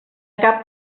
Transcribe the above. cap